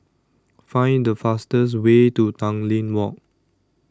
Find The fastest Way to Tanglin Walk